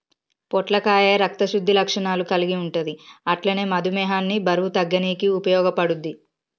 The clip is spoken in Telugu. పొట్లకాయ రక్త శుద్ధి లక్షణాలు కల్గి ఉంటది అట్లనే మధుమేహాన్ని బరువు తగ్గనీకి ఉపయోగపడుద్ధి